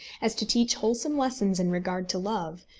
as to teach wholesome lessons in regard to love,